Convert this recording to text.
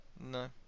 No